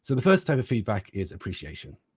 so the first type of feedback is appreciation.